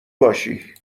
باشی